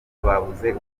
babuze